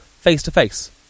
face-to-face